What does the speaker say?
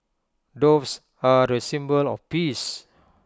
doves are A symbol of peace